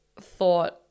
thought